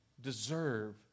deserve